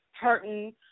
hurting